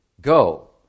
Go